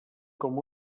com